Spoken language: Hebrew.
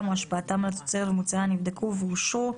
או השפעתם על התוצרת ומוצריה נבדקו ואושרו,